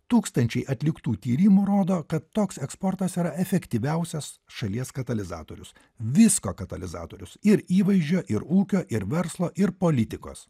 tūkstančiai atliktų tyrimų rodo kad toks eksportas yra efektyviausias šalies katalizatorius visko katalizatorius ir įvaizdžio ir ūkio ir verslo ir politikos